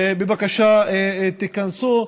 בבקשה תיכנסו.